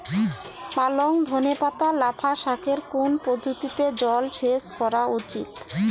পালং ধনে পাতা লাফা শাকে কোন পদ্ধতিতে জল সেচ করা উচিৎ?